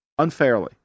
unfairly